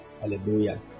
Hallelujah